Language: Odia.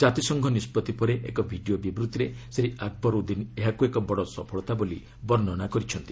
ଜାତିସଂଘ ନିଷ୍ପଭି ପରେ ଏକ ଭିଡ଼ିଓ ବିବୃତ୍ତିରେ ଶ୍ରୀ ଆକବର ଉଦ୍ଦିନ ଏହାକୁ ଏକ ବଡ଼ ସଫଳତା ବୋଲି ବର୍ଷନା କରିଚ୍ଚନ୍ତି